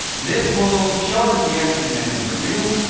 this will show that the extra dimensions are real.